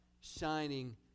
shining